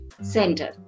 center